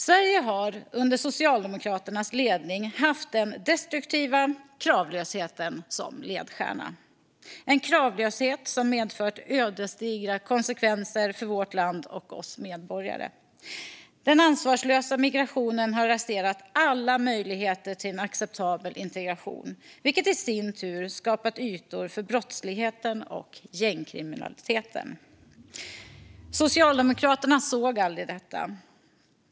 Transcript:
Sverige har under Socialdemokraternas ledning haft den destruktiva kravlösheten som ledstjärna, en kravlöshet som medfört ödesdigra konsekvenser för vårt land och oss medborgare. Den ansvarslösa migrationen har raserat alla möjligheter till en acceptabel integration, vilket i sin tur skapat ytor för brottsligheten och gängkriminaliteten. Socialdemokraterna såg aldrig detta.